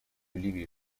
ливии